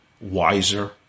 wiser